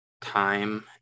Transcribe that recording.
time